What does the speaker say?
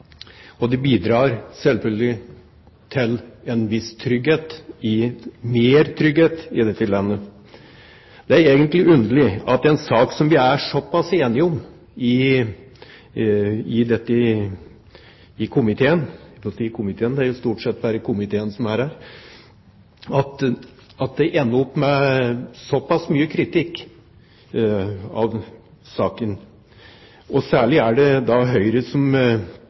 og det bidrar selvfølgelig til mer trygghet i dette landet. Det er egentlig underlig at vi i en sak som vi er ganske enige om i komiteen – det er jo stort sett bare komiteen som er her – ender opp med såpass mye kritikk. Særlig er det da Høyre som